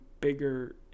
bigger